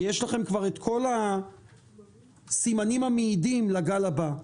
כי יש לכם כבר את כל הסימנים המעידים לגל הבא.